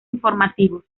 informativos